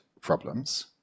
problems